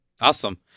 Awesome